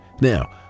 Now